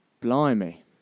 Blimey